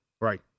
right